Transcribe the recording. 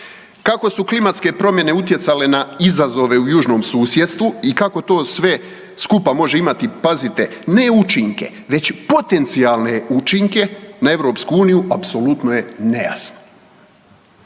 Kako su klimatske promjene utjecale na izazove u južnom susjedstvu i kako to sve skupa može imati, pazite, ne učinke već potencijalne učinke na EU, apsolutno je nejasno.